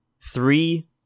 three